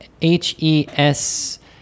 h-e-s